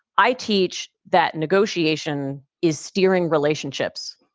i teach that negotiation is steering relationships,